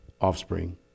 offspring